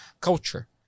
culture